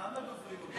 כמה דוברים עוד יש?